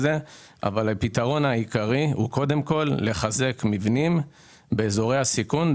הפתרון העיקרי הוא קודם כל לחזק מבנים באזורי סיכון,